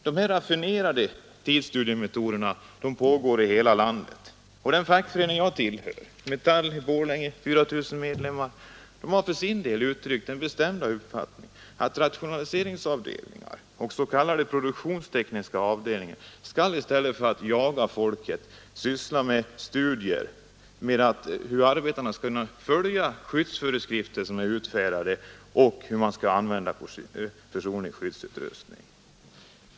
De här raffinerade tidsstudiemetoderna används i hela landet, och den fackförening jag tillhör — Metall i Borlänge med 4 000 medlemmar — har för sin del uttryckt den uppfattningen att rationaliseringsavdelningar och s.k. produktionstekniska avdelningar i stället för att jaga folk skall syssla med studier om hur arbetarna skall kunna följa skyddsföreskrifter som är utfärdade och om hur man skall använda personlig skyddsutrustning.